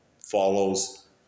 follows